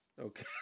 Okay